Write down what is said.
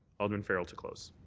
alderman farrell to close.